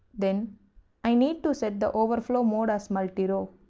then i need to set the overflowmode as multi row.